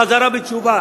חזרה בתשובה.